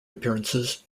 appearances